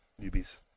newbies